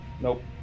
Nope